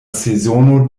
sezono